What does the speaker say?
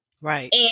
Right